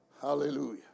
Hallelujah